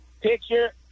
picture